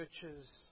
churches